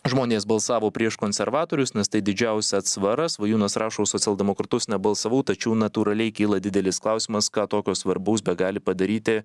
žmonės balsavo prieš konservatorius nes tai didžiausia atsvara svajūnas rašo už socialdemokratus nebalsavau tačiau natūraliai kyla didelis klausimas ką tokio svarbaus begali padaryti